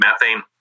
methane